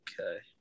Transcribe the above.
Okay